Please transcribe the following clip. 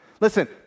Listen